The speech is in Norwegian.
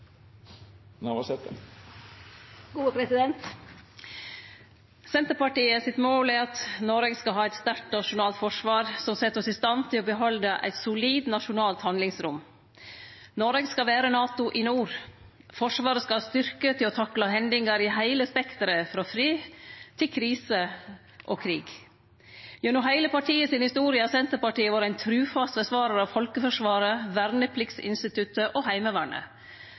Senterpartiet sitt mål er at Noreg skal ha eit sterkt nasjonalt forsvar som set oss i stand til å behalde eit solid nasjonalt handlingsrom. Noreg skal vere NATO i nord. Forsvaret skal ha styrke til å takle hendingar i heile spekteret frå fred til krise og krig. Gjennom heile partiet si historie har Senterpartiet vore ein trufast forsvarar av folkeforsvaret, vernepliktinstituttet og Heimevernet.